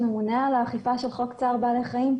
שממונה על האכיפה של חוק צער בעלי חיים,